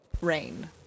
rain